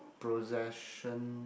possession